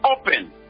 open